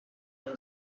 you